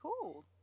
cool